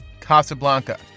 Casablanca